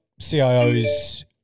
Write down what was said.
CIOs